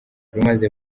rumaze